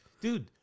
Dude